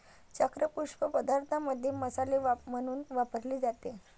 चक्र पुष्प पदार्थांमध्ये मसाले म्हणून वापरले जाते